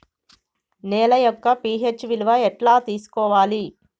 నేల యొక్క పి.హెచ్ విలువ ఎట్లా తెలుసుకోవాలి?